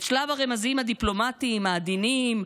את שלב הרמזים הדיפלומטיים העדינים,